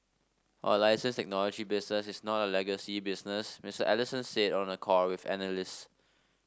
our license technology business is not a legacy business Mister Ellison said on a call with analysts